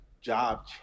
job